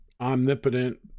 omnipotent